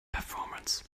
performance